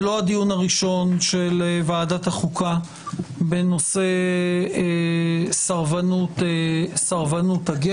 זה לא הדיון הראשון של ועדת החוקה בנושא סרבנות הגט,